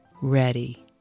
ready